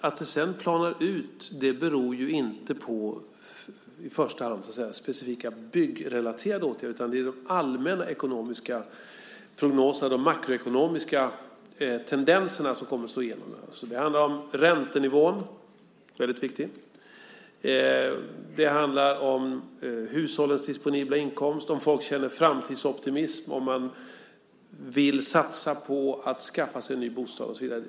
Att det sedan planar ut beror inte i första hand på specifika byggrelaterade åtgärder, utan det är de allmänna ekonomiska prognoserna, de makroekonomiska tendenserna, som kommer att slå igenom. Det handlar om räntenivån. Den är viktig. Det handlar om hushållens disponibla inkomster, om folk känner framtidsoptimism, om man vill satsa på att skaffa sig en ny bostad och så vidare.